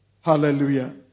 Hallelujah